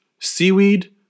seaweed